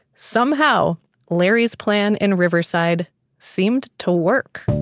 somehow larry's plan in riverside seemed to work